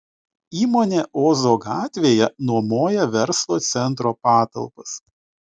įmonė ozo gatvėje nuomoja verslo centro patalpas